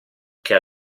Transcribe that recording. che